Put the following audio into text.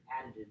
added